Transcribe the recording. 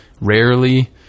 rarely